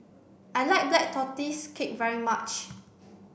I like black tortoise cake very much